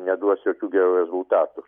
neduos jokių gerų rezultatų